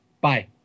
Bye